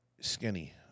skinny